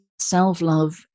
self-love